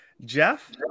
Jeff